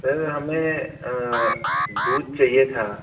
sir हमें दूध चाहिए था